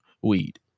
weed